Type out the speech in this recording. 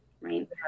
right